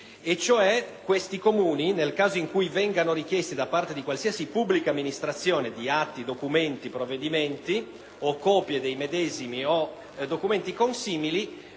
questi Comuni, nel caso in cui vengano richiesti da qualsiasi pubblica amministrazione atti, documenti e provvedimenti o copie dei medesimi o documenti consimili,